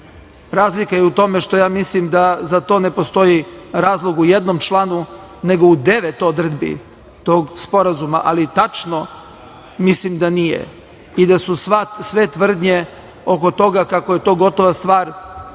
Razlika je u tome što ja mislim da za to ne postoji razlog u jednom članu, nego u devet odredbi tog sporazuma, ali tačno, mislim da nije i da su sve tvrdnje oko toga kako je to gotova stvar,